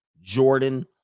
Jordan